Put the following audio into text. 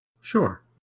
sure